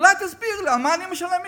אולי תסבירו לי, על מה אני משלם מסים?